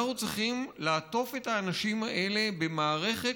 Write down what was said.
אנחנו צריכים לעטוף את האנשים האלה במערכת